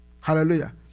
hallelujah